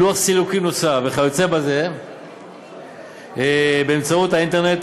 לוח סילוקין נוסף וכיוצא בזה באמצעות האינטרנט,